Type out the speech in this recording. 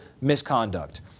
misconduct